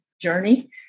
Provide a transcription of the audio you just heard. journey